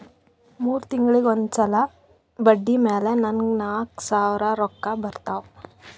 ಮೂರ್ ತಿಂಗುಳಿಗ್ ಒಂದ್ ಸಲಾ ಬಡ್ಡಿ ಮ್ಯಾಲ ನಾಕ್ ಸಾವಿರ್ ರೊಕ್ಕಾ ಬರ್ತಾವ್